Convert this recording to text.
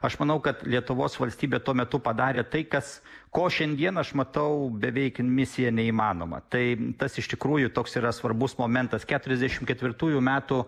aš manau kad lietuvos valstybė tuo metu padarė tai kas ko šiandien aš matau beveik misija neįmanoma tai tas iš tikrųjų toks yra svarbus momentas keturiasdešim ketvirtųjų metų